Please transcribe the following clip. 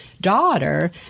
daughter